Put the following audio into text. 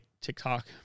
TikTok